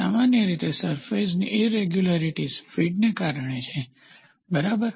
સામાન્ય રીતે સરફેસની ઈરેગ્યુલારીટીઝ ફીડને કારણે છે બરાબર